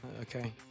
Okay